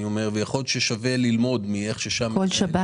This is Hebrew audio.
יכול להיות ששווה ללמוד --- כל שבת